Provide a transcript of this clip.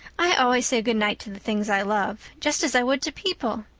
i always say good night to the things i love, just as i would to people.